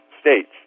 states